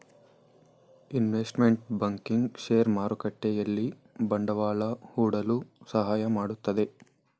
investment banking share ಮಾರುಕಟ್ಟೆಯಲ್ಲಿ ಬಂಡವಾಳ ಹೂಡಲು ಸಹಾಯ ಮಾಡುತ್ತೆ